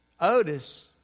Otis